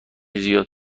زیاد